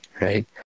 Right